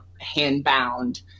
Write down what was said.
hand-bound